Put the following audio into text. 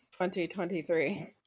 2023